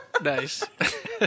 Nice